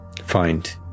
find